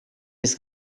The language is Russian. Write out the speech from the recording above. без